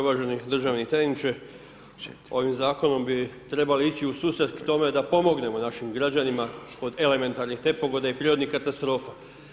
Uvaženi državni tajniče, ovim zakonom bi trebali ići u susret k tome da pomognemo našim građanima od elementarnih nepogoda i prirodnih katastrofa.